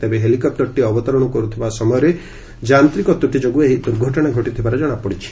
ତେବେ ହେଲିକପ୍ଟରଟି ଅବତରଣ କରୁଥିବା ସମୟରେ ଯାନ୍ତ୍ରୀକ ତ୍ରଟି ଯୋଗୁଁ ଏହି ଦୁର୍ଘଟଣା ଘଟିଥିବାର ଜଣାପଡ଼ିଛି